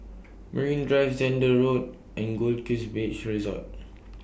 Marine Drive Zehnder Road and Goldkist Beach Resort